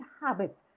habit